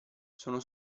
sono